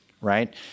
right